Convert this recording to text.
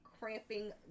cramping